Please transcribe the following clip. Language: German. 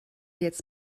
jetzt